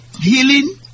healing